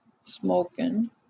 smoking